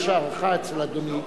יש הערכה אצל אדוני בוודאי,